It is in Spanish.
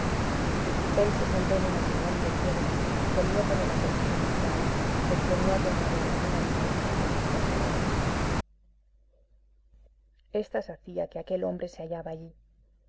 él se sentó en un escalón de piedra y comió con el apetito natural de quien no ha tomado ningún alimento en veinticuatro horas estas hacía que aquel hombre se hallaba allí